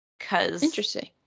Interesting